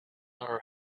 her